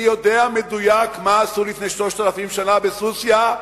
אני יודע מדויק מה עשו לפני 3,000 שנה בסוסיא,